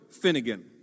Finnegan